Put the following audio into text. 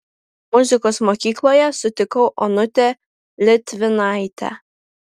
muzikos mokykloje sutikau onutę litvinaitę